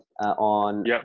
on